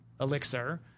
elixir